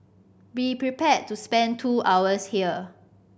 be prepared to spend two hours here